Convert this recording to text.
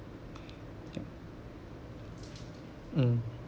yup mm